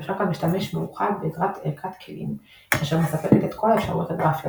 ממשק המשתמש מאוחד בעזרת ערכת כלים אשר מספקת את כל האפשרויות הגרפיות,